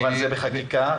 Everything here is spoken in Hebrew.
זה בתהליך חקיקה.